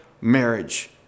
marriage